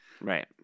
Right